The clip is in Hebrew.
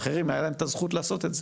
לאחרים הייתה את הזכות לעשות את זה.